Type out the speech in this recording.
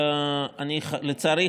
לצערי,